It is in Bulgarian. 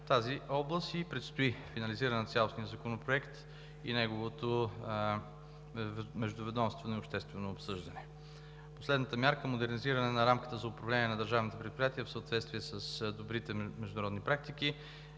тази област. Предстои финализиране на цялостния законопроект и неговото изпращане за междуведомствено и обществено обсъждане. Последната мярка – „Модернизиране на рамката за управление на държавните предприятия в съответствие с добрите международни практики“.